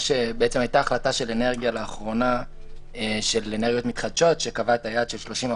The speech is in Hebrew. הייתה החלטה של אנרגיות מתחדשות לאחרונה שקבעה את היעד של 30%,